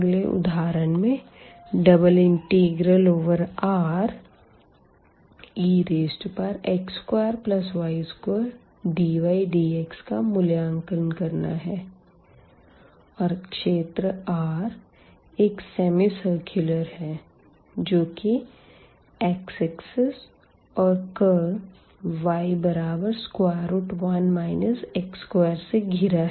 अगले उदाहरण में ∬Rex2y2dydx का मूल्यांकन करना है और क्षेत्र R एक सेमी सर्कुलर है जो की x axis और कर्व y1 x2 से घिरा है